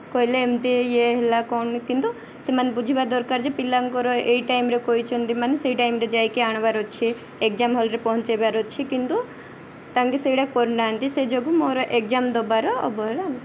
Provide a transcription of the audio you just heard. କହିଲେ ଏମିତି ଇଏ ହେଲା କ'ଣ କିନ୍ତୁ ସେମାନେ ବୁଝିବା ଦରକାର ଯେ ପିଲାଙ୍କର ଏଇ ଟାଇମ୍ରେ କହିଛନ୍ତି ମାନେ ସେଇ ଟାଇମ୍ରେ ଯାଇକି ଆଣିବାର ଅଛି ଏକ୍ଜାମ୍ ହଲ୍ରେ ପହଞ୍ଚାଇବାର ଅଛି କିନ୍ତୁ ତାଙ୍କେ ସେଇଟା କରୁନାହାନ୍ତି ସେ ଯୋଗୁଁ ମୋର ଏକ୍ଜାମ୍ ଦେବାର ଅବହେଳା